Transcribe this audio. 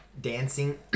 dancing